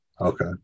Okay